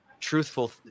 truthful